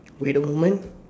wait a moment